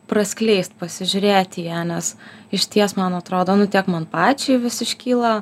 praskleist pasižiūrėt į ją nes išties man atrodo nu tiek man pačiai vis iškyla